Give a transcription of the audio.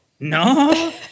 no